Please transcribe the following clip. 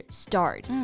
start